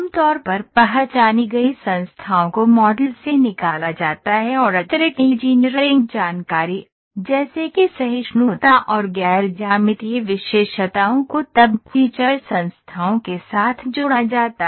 आमतौर पर पहचानी गई संस्थाओं को मॉडल से निकाला जाता है और अतिरिक्त इंजीनियरिंग जानकारी जैसे कि सहिष्णुता और गैर ज्यामितीय विशेषताओं को तब फीचर संस्थाओं के साथ जोड़ा जाता है